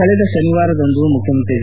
ಕಳೆದ ಶನಿವಾರದಂದು ಮುಖ್ಯಮಂತ್ರಿ ಎಚ್